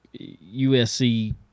USC –